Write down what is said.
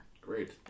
great